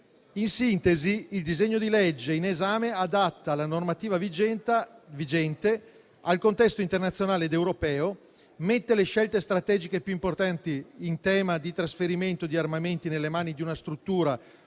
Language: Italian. In sintesi, il disegno di legge in esame adatta la normativa vigente al contesto internazionale ed europeo; mette le scelte strategiche più importanti in tema di trasferimento di armamenti nelle mani di una struttura